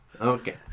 Okay